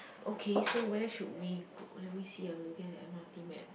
okay so where should we go let me see ah I'm looking at the m_r_t map